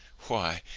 why,